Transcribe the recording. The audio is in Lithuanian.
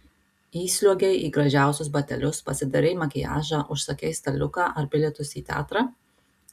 įsliuogei į gražiausius batelius pasidarei makiažą užsakei staliuką ar bilietus į teatrą